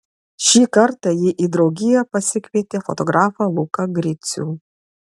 šį kartą ji į draugiją pasikvietė fotografą luką gricių